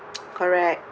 correct